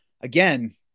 Again